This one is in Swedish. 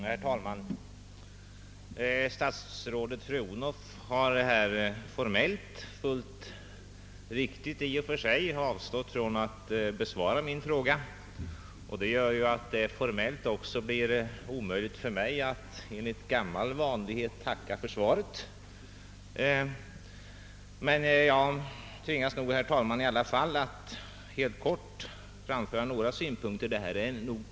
Herr talman! Statsrådet fru Odhnoff har formellt riktigt avstått från att besvara min fråga. Detta gör det formellt omöjligt också för mig att enligt vad som är vanligt tacka för svaret. Jag tvingas i alla fall, herr talman, att helt kort framföra några synpunkter.